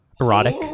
erotic